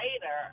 later